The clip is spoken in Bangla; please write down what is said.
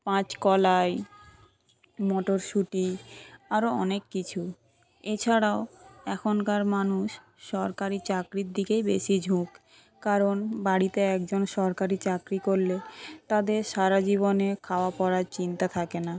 পাঁচ কলাই মটরশুটি আরও অনেক কিছু এছাড়াও এখনকার মানুষ সরকারি চাকরির দিকেই বেশি ঝোঁক কারণ বাড়িতে একজন সরকারি চাকরি করলে তাদের সারাজীবনে খাওয়া পড়ার চিন্তা থাকে না